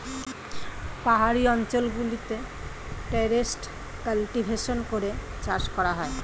পাহাড়ি অঞ্চল গুলোতে টেরেস কাল্টিভেশন করে চাষ করা হয়